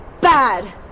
Bad